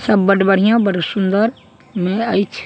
सब बड्ड बढ़िऑं बड्ड सुन्दरमे अछि